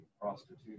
prostitution